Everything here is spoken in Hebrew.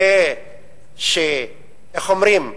איך אומרים?